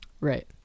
Right